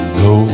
no